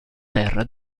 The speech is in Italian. terra